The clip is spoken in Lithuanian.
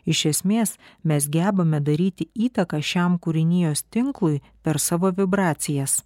iš esmės mes gebame daryti įtaką šiam kūrinijos tinklui per savo vibracijas